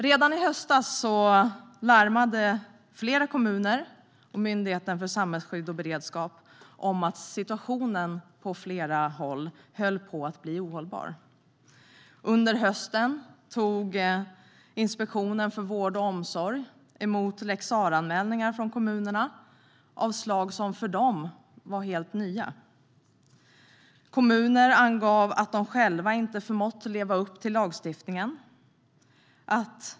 Redan i höstas larmade flera kommuner och Myndigheten för samhällsskydd och beredskap om att situationen på flera håll höll på att bli ohållbar. Under hösten 2015 tog Inspektionen för vård och omsorg emot lex Sarah-anmälningar från kommunerna av slag som var helt nya. Kommuner angav att de själva inte förmått leva upp till lagstiftningen.